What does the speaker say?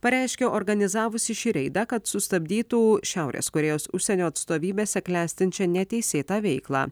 pareiškė organizavusi šį reidą kad sustabdytų šiaurės korėjos užsienio atstovybėse klestinčią neteisėtą veiklą